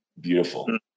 beautiful